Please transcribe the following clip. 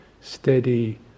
steady